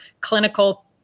clinical